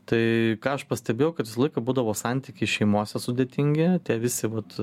tai ką aš pastebėjau kad visą laiką būdavo santykiai šeimose sudėtingi tie visi vat